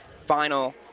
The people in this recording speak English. final